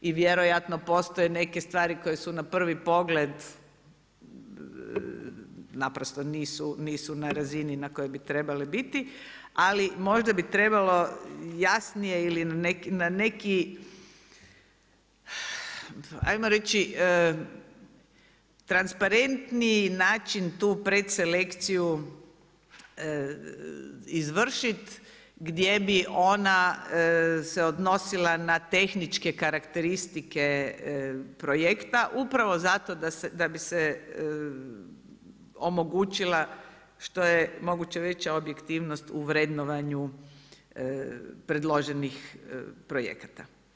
I vjerojatno postoje neke stvari koje su na prvi pogled naprosto nisu na razini na kojoj bi trebale biti, ali možda bi trebalo jasnije ili na neki hajmo reći transparentniji način tu predselekciju izvršit gdje bi ona se odnosila na tehničke karakteristike projekta upravo zato da bi se omogućila što je moguće veća objektivnost u vrednovanju predloženih projekata.